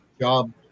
job